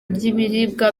ry’ibiribwa